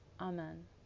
Amen